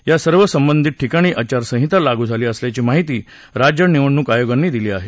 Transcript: या सर्व संबंधित ठिकाणी आचारसंहिता लागू झाली असल्याची माहिती राज्य निवडणूक आयुक्तांनी दिली आहे